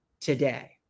today